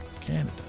canada